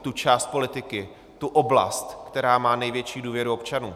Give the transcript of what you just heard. Tu část politiky, tu oblast, která má největší důvěru občanů.